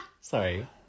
Sorry